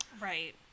Right